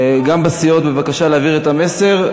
גם בסיעות בבקשה להעביר את המסר.